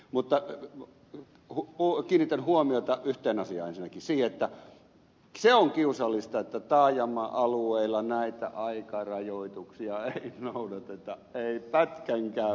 mutta kiinnitän huomiota ensinnäkin yhteen asiaan siihen että se on kiusallista että taajama alueilla näitä aikarajoituksia ei noudateta ei pätkänkään vertaa